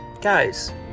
Guys